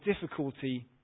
difficulty